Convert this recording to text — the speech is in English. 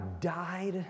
died